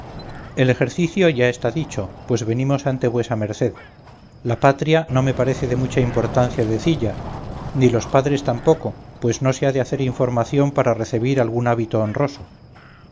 el ejercicio ya está dicho pues venimos ante vuesa merced la patria no me parece de mucha importancia decilla ni los padres tam poco pues no se ha de hacer información para recebir algún hábito honroso